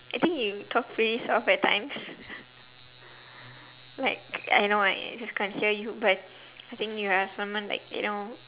I think you talk pretty soft at times like I know I just can't hear you but think you are someone like you know